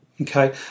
Okay